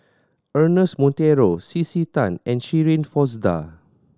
Ernest Monteiro C C Tan and Shirin Fozdar